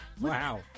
Wow